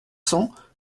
cents